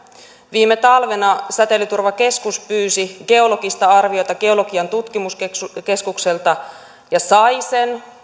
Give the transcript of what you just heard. viime talvena säteilyturvakeskus pyysi geologista arviota geologian tutkimuskeskukselta ja sai sen